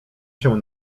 się